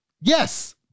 Yes